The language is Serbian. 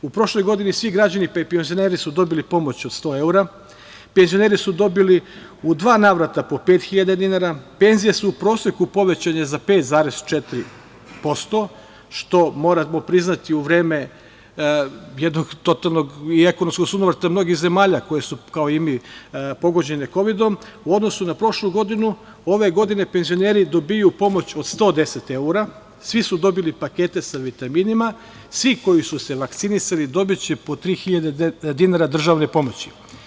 U prošloj godini svi građani, pa i penzioneri su dobili pomoć od 100 evra, penzioneri su dobili u dva navrata po pet hiljada dinara, penzije su proseku povećanje za 5,4%, što moramo priznati u vreme jednog totalnog i ekonomskog sunovrata mnogih zemalja koje su kao i mi pogođene kovidom u odnosu na prošlu godinu u ovoj godini penzioneri dobijaju pomoć od 110 evra, svi su dobili pakete sa vitaminima, svi koji su se vakcinisali dobiće po tri hiljade dinara državne pomoći.